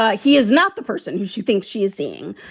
ah he is not the person who she thinks she is seeing.